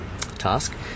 task